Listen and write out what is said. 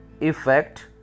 effect